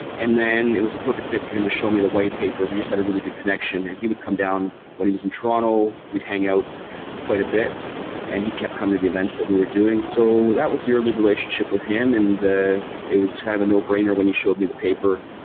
and then it was a perfect fit for him to show me the whitepaper and we just had a really good connection. and he would come down when he was in toronto. we'd hang out quite a bit and he kept coming to the events that we were doing. so that was the early relationship with him and it was kind of a no-brainer when he showed me the paper.